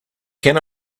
can